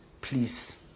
please